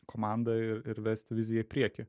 komandą ir ir vesti viziją į priekį